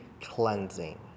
cleansing